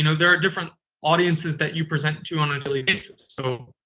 you know there are different audiences that you present to on a daily basis. so,